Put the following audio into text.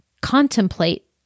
contemplate